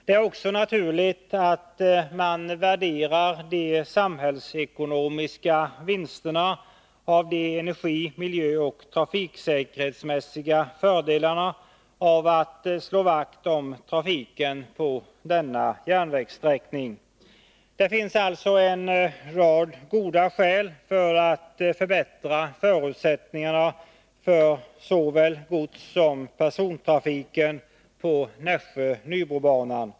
Det är också naturligt att man värderar de samhällsekonomiska vinsterna av de energi-, miljöoch trafiksäkerhetsmässiga fördelarna av att slå vakt om trafiken på denna järnvägssträckning. Det finns alltså en rad goda skäl för att förbättra förutsättningarna för såväl godssom persontrafiken på Nässjö-Nybro-banan.